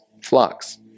flocks